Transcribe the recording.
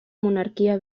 monarquia